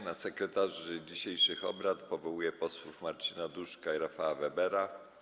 Na sekretarzy dzisiejszych obrad powołuję posłów Marcina Duszka i Rafała Webera.